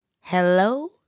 Hello